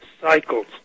cycles